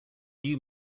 new